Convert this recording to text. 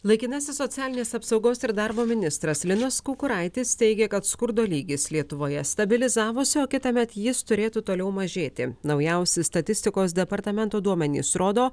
laikinasis socialinės apsaugos ir darbo ministras linas kukuraitis teigia kad skurdo lygis lietuvoje stabilizavosi o kitąmet jis turėtų toliau mažėti naujausi statistikos departamento duomenys rodo